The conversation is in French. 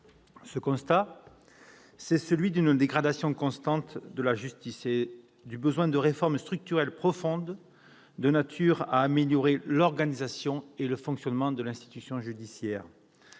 Ce constat, c'est celui de la dégradation constante de la justice, du besoin de réformes structurelles profondes, de nature à améliorer l'organisation et le fonctionnement de l'institution judiciaire,